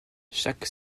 chaque